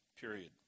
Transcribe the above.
period